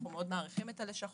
אנחנו מאוד מעריכים את הלשכות,